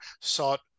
sought